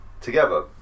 together